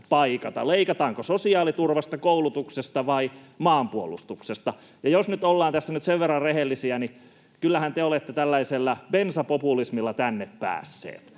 Leikataanko sosiaaliturvasta, koulutuksesta vai maanpuolustuksesta? Jos nyt ollaan sen verran rehellisiä, niin kyllähän te olette tällaisella bensapopulismilla tänne päässeet